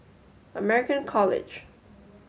American College